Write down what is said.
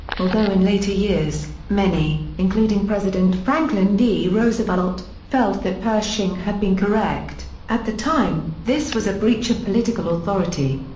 although in later years, many, including president franklin d. roosevelt, felt that pershing had been correct, at the time this was a breach of political authority.